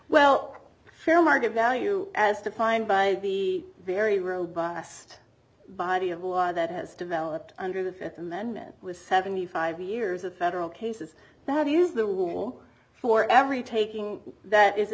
well fair market value as defined by the very robust body of law that has developed under the fifth amendment was seventy five years of federal cases that is the rule for every taking that is